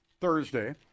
Thursday